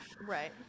right